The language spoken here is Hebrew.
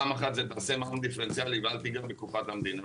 פעם אחת זה תעשה מע"מ דיפרנציאלי ואל תיגע בקופת המדינה.